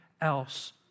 else